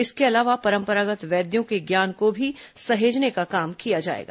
इसके अलावा परम्परागत् वैद्यों के ज्ञान को भी सहेजने का काम किया जाएगा